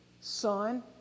son